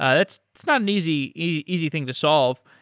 ah it's it's not an easy easy thing to solve.